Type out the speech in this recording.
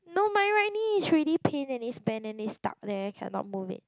no my right knee is really pain and it's bent and it's stuck there cannot move it